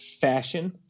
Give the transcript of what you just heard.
fashion